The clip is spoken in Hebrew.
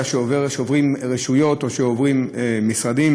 שעוברות רשויות או שעוברים משרדים.